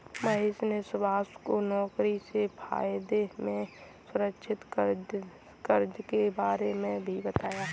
महेश ने सुभाष को नौकरी से फायदे में असुरक्षित कर्ज के बारे में भी बताया